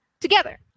together